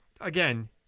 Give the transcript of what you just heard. again